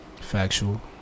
factual